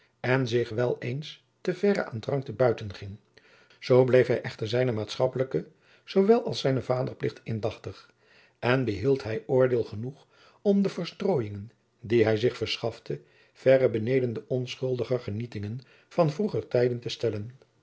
en zich wel eens te verre aan drank te buiten ging zoo bleef hij echter zijne maatschappelijke zoowel als zijnen vaderplicht indachtig en behield hij oordeel genoeg om de verstroojingen die hij zich verschafte verre beneden de onschuldiger genietingen van vroeger tijden te stellen